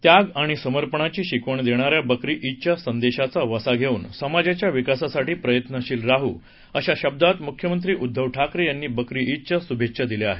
त्याग आणि समर्पणाची शिकवण देणाऱ्या बकरी ईदच्या संदेशाचा वसा घेऊन समाजाच्या विकासासाठी प्रयत्नशील राहू या अशा शब्दांत मुख्यमंत्री उद्दव ठाकरे यांनी बकरी ईदच्या शुभेच्छा दिल्या आहेत